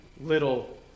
little